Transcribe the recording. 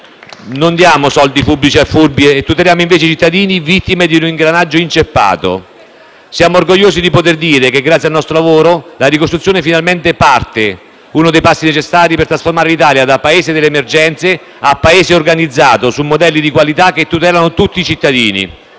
non diamo soldi pubblici ai furbi e tuteliamo invece i cittadini vittime di un ingranaggio inceppato. Siamo orgogliosi di poter dire che, grazie al nostro lavoro, la ricostruzione finalmente parte: uno dei passi necessari per trasformare l’Italia da Paese delle emergenze a Paese organizzato su modelli di qualità che tutelano tutti i cittadini.